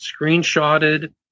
screenshotted